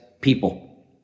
people